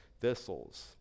thistles